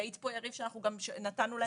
יעיד פה יריב שאנחנו גם נתנו להם